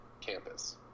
campus